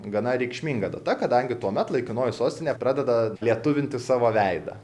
gana reikšminga data kadangi tuomet laikinoji sostinė pradeda lietuvinti savo veidą